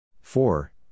four